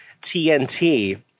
TNT